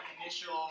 initial